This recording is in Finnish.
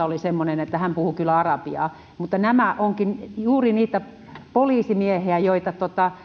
oli semmoinen että hän puhui kyllä arabiaa mutta nämä ovatkin juuri niitä poliisimiehiä joita